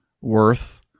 worth